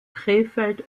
krefeld